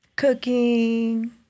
Cooking